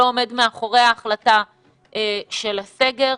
לא עומד מאחורי ההחלטה של הסגר.